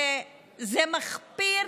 זה מחפיר